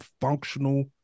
functional